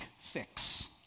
fix